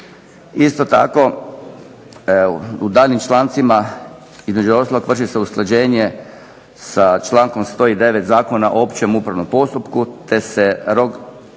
Isto tako, u daljnjim člancima između ostalog vrši se usklađenje sa člankom 109. Zakona o općem upravnom postupku, te se